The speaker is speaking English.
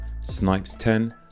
SNIPES10